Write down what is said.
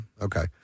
okay